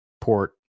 port